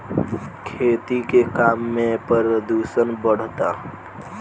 खेती के काम में प्रदूषण बढ़ता